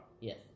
Yes